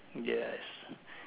yes